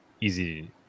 easy